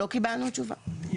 לא קיבלנו תשובה.